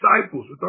disciples